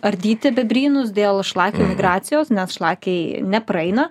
ardyti bebrynus dėl šlakių migracijos nes šlakiai nepraeina